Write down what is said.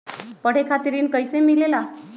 पढे खातीर ऋण कईसे मिले ला?